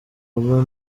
rugo